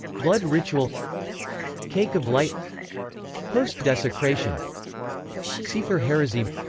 blood ritual cake of light host desecration sefer harazim